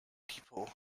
people